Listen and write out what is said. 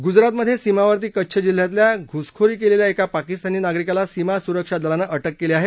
गुजरातमधे सीमावर्ती कच्छ जिल्ह्यातल्या घुसखोरी केलेल्या एका पाकिस्तानी नागरिकाला सीमा सुरक्षा दलानं अटक केली आहे